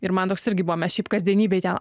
ir man toks irgi buvo mes šiaip kasdienybėj ten